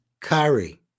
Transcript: Kari